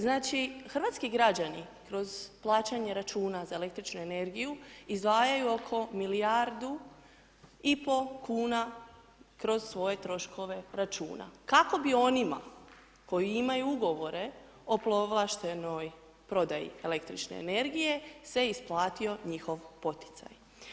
Znači hrvatski građani kroz plaćanje računa za električnu energiju, izdvajaju oko milijardu i pol kuna kroz svoje troškove računa kako bi onima koji imaju ugovore o povlaštenoj prodaji električne energije se isplatio njihov poticaj.